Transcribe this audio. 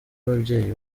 ababyeyi